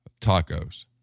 Tacos